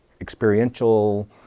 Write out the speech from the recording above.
experiential